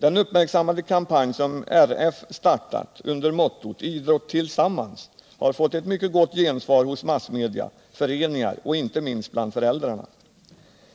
Den uppmärksammade kampanj som RF startat under mottot ”Idrott tillsammans” har fått ett mycket gott gensvar hos massmedia, föreningar och inte minst bland föräldrarna.